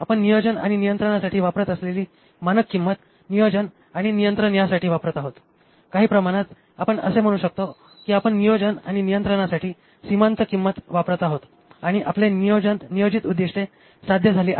आपण नियोजन आणि नियंत्रणासाठी वापरत असलेली मानक किंमत नियोजन आणि नियंत्रण यासाठी वापरत आहोत काही प्रमाणात आपण असे म्हणू शकतो की आपण नियोजन आणि नियंत्रणासाठी सीमान्त किंमत वापरत आहोत आणि आपले नियोजित उद्दिष्टे साध्य झाली आहेत